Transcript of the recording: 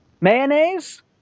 mayonnaise